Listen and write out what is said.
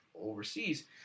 overseas